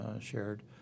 shared